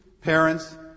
parents